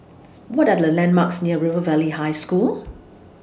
What Are The landmarks near River Valley High School